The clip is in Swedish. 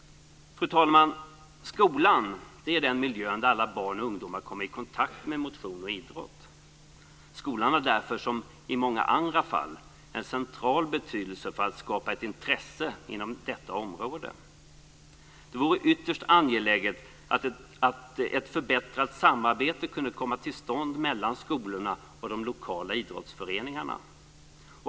Fru talman! Skolan är den miljö där alla barn och ungdomar kommer i kontakt med motion och idrott. Skolan har därför, som i många andra fall, en central betydelse för att skapa ett intresse inom detta område. Det är ytterst angeläget att ett förbättrat samarbete kan komma till stånd mellan skolorna och de lokala idrottsföreningarna.